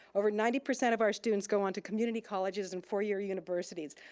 over ninety percent of our students go on to community colleges and four year universities.